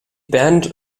band